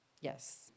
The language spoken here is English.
Yes